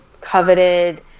coveted